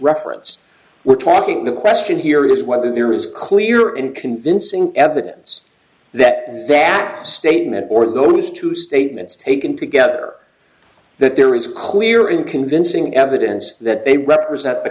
reference we're talking the question here is whether there is a clear and convincing evidence that that statement or it was two statements taken together that there is clear and convincing evidence that they represent